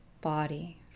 body